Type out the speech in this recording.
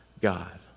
God